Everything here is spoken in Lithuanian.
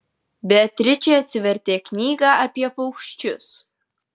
beatričė atsivertė knygą apie paukščius